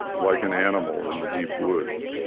like an animal in the deep woods.